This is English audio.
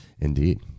Indeed